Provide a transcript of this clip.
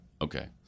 Okay